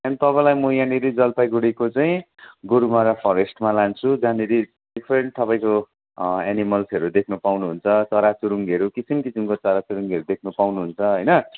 अनि तपाईँलाई म यहाँनेरि जलपाइगुडीको चाहिँ गोरुमारा फरेस्टमा लान्छु जहाँनेरि डिफरेन्ट तपाईँको एनिमेल्सहरू देख्न पाउनुहुन्छ चरा चुरुङ्गीहरू किसिम किसिमको चरा चुरुङ्गीहरू देख्न पाउनुहुन्छ हैन चाहिँ